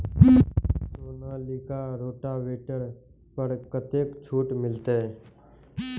Sonalika rotavator पर कतेक छूट मिलते?